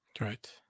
right